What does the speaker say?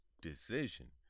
decision